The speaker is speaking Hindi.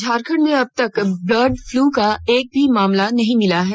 झारखंड में अब तक बर्ड फ्लू का एक भी मामला नहीं मिला है